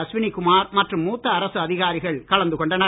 அஸ்வினி குமார் மற்றும் மூத்த அரசு அதிகாரிகள் கலந்து கொண்டனர்